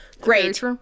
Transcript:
Great